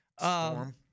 storm